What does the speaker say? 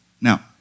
Now